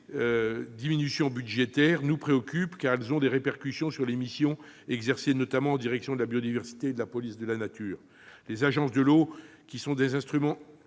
diminutions budgétaires nous préoccupent, car elles ont des répercussions sur les missions exercées, notamment en direction de la biodiversité et de la police de la nature. Les agences de l'eau, qui sont des instruments